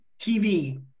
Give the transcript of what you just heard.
tv